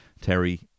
Terry